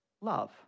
love